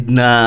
na